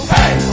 Hey